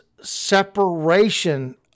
separation